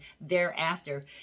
thereafter